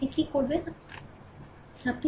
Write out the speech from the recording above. আপনি কী করবেন আপনি কী করবেন